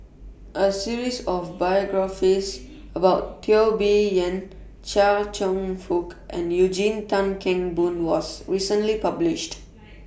A series of biographies about Teo Bee Yen Chia Cheong Fook and Eugene Tan Kheng Boon was recently published